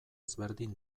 ezberdin